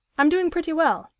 i'm doing pretty well,